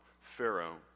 Pharaoh